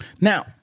Now